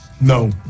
No